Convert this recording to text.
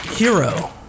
Hero